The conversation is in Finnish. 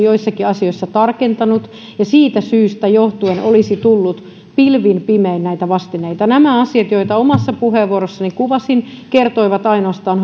joissakin asioissa tarkentanut ja siitä syystä johtuen olisi tullut pilvin pimein näitä vastineita nämä asiat joita omassa puheenvuorossani kuvasin kertoivat ainoastaan